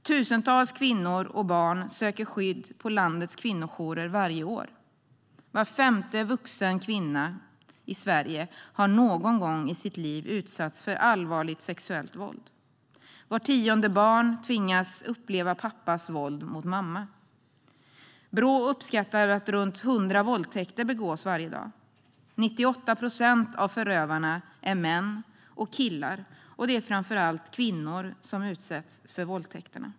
Tusentals kvinnor och barn söker skydd på landets kvinnojourer varje år. Var femte vuxen kvinna i Sverige har någon gång i sitt liv utsatts för allvarligt sexuellt våld. Vart tionde barn tvingas uppleva pappas våld mot mamma. Brå uppskattar att runt 100 våldtäkter begås varje dag. 98 procent av förövarna är män och killar, och det är framför allt kvinnor som utsätts för våldtäkterna.